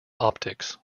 optics